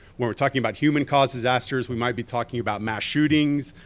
when we're talking about human-causes disasters we might be talking about mass shootings,